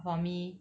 for me